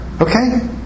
Okay